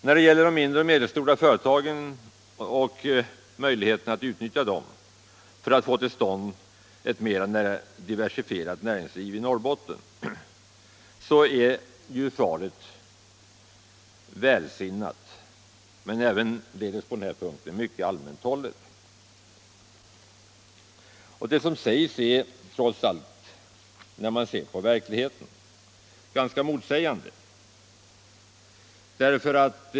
När det gäller de mindre och medelstora företagen och möjligheterna att utnyttja dessa för att få till stånd ett mera diversifierat näringsliv i Norrbotten är ju svaret välsinnat men delvis mycket allmänt hållet, och det som sägs är trots allt mot bakgrund av verkligheten ganska motsägande.